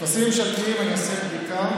טפסים ממשלתיים, אני אעשה בדיקה.